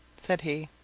said he.